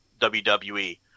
WWE